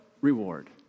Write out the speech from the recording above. reward